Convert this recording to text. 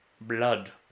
blood